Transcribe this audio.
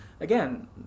again